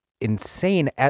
insane